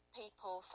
people